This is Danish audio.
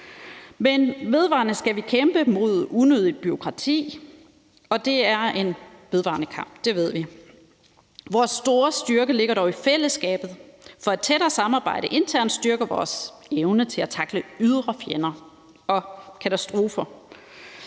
Men vi skal kæmpe imod unødigt bureaukrati, og det ved vi er en vedvarende kamp. Vores store styrke ligger dog i fællesskabet, for et tættere samarbejde internt styrker vores evne til at tackle ydre fjender og katastrofer.